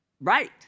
right